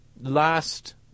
last